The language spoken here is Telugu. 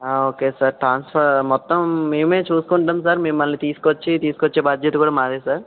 ఓకే సార్ ట్రాన్స్ఫర్ మొత్తం మేమే చూసుకుంటాం సార్ మిమ్మల్ని తీసుకొచ్చి తీసుకొచ్చే బాధ్యత కూడా మాదే సార్